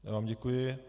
Já vám děkuji.